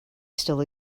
still